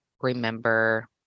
remember